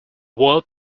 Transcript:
world